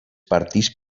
partits